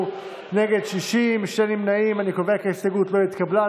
הציונות הדתית לפני סעיף 1 לא נתקבלה.